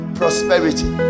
prosperity